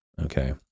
okay